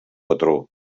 patró